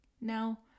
Now